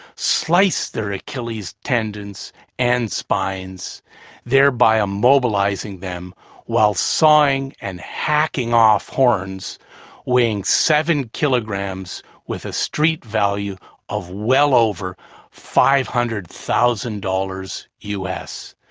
slice their achilles tendon's and spine's thereby immobilizing them whilst sawing and hacking off horns weighing seven kilograms with a street value of well over five hundred thousand dollars u. s.